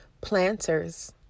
planters